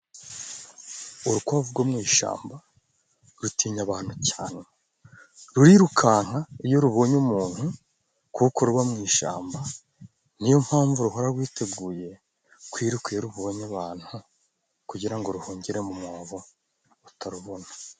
Urukwavu rwo mu ishamba rutinya abantu cyane. Rurirukanka iyo rubonye umuntu kuko ruba mu ishamba , niyo mpamvu ruhora rwiteguye kwiruka iyo rubonye abantu kugira ngo ruhungire mu mwobo batarubona.